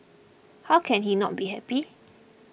how can he not be happy